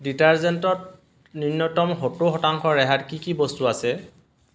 ডিটাৰজেন্টত ন্যূনতম সত্তৰ শতাংশ ৰেহাইত কি কি বস্তু আছে